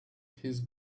his